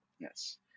Yes